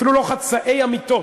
אפילו לא חצאי אמיתות.